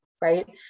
right